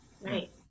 Right